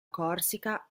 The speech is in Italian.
corsica